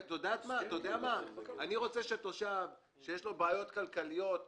אני רוצה שתושב, שיש לו בעיות כלכליות משמעותיות,